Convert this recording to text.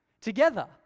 together